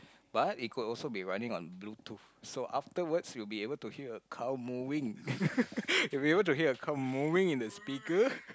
but it could also be running on bluetooth so afterwards you would be able to hear a cow mooing you would be able to hear a cow mooing in the speaker